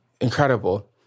Incredible